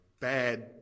bad